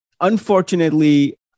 Unfortunately